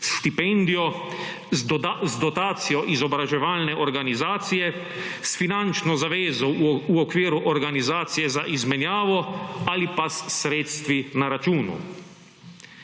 s štipendijo, z dotacijo(?) izobraževalne organizacije, s finančno zavezo v okviru organizacije za izmenjavo ali pa s sredstvi na računi.